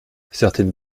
certaines